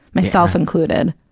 myself included.